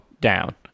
down